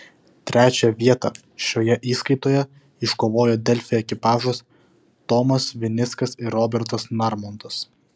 trečią vietą šioje įskaitoje iškovojo delfi ekipažas tomas vinickas ir robertas narmontas